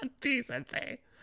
Decency